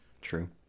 True